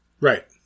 Right